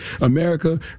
America